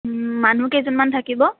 মানুহ কেইজনমান থাকিব